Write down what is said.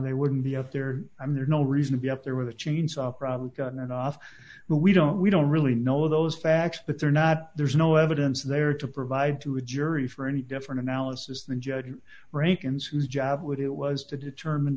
they wouldn't be up there i mean there's no reason to be up there with a chainsaw problem on and off but we don't we don't really know those facts that they're not there's no evidence there to provide to a jury for any different analysis than judge rankin's whose job would it was to determine